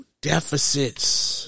deficits